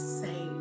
say